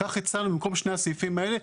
כך הצענו במקום שני הסעיפים האלה,